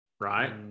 right